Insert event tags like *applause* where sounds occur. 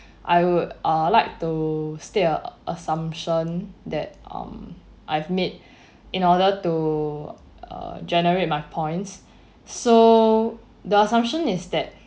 I would err like to state a assumption that um I've made *breath* in order to err generate my points *breath* so the assumption is that